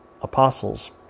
apostles